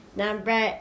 number